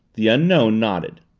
the unknown nodded.